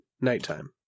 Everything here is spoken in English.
Nighttime